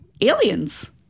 aliens